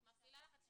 את מפעילה לחץ.